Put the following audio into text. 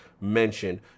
mentioned